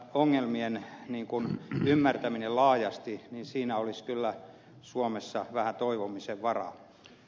ongelmien ymmärtämisessä laajasti olisi kyllä suomessa vähän toivomisen varaa